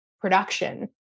production